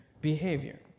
behavior